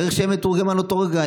צריך שיהיה מתורגמן באותו רגע,